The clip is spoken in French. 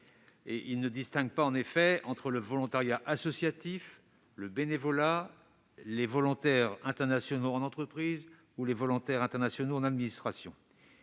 fait de distinction entre le volontariat associatif, le bénévolat, les volontaires internationaux en entreprise et les volontaires internationaux en administration.